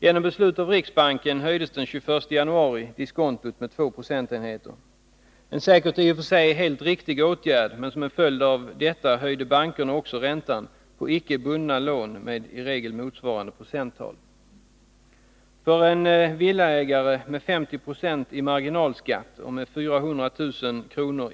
Genom beslut av riksbanken höjdes den 21 januari diskontot med två procentenheter. Det var säkerligen en i och för sig helt riktig åtgärd, men som en följd av detta höjde bankerna också räntan på icke bundna lån med i regel motsvarande procenttal. För en villaägare med 50 90 i marginalskatt och med 400 000 kr.